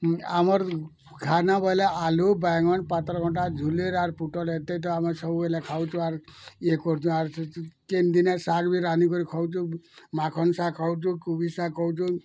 ଆମର୍ ଖାନା ବୋଇଲେ ଆଲୁ ବାଇଗଣ ପାତ୍ରଘଣ୍ଟା ଝୁଲେର୍ ଆର୍ ପୁଟଲ୍ ଏତେଟା ଆମେ ସବୁବେଲେ ଖାଉଛୁ ଆରୁ ଇଏ କରୁଛୁ ଆରୁ କେନ୍ ଦିନେ ଶାଗ୍ ବି ରାନ୍ଧିକରି ଖାଉଛୁ ମାଖନ ଶାଗ୍ ଖାଉଛୁ କୋବି ଶାଗ୍ ଖାଉଛୁ